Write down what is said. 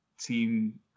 team